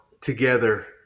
together